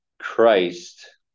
christ